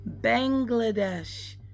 Bangladesh